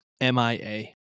MIA